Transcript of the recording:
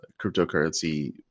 cryptocurrency